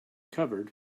covered